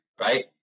right